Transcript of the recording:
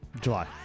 July